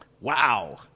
Wow